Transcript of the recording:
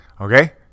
Okay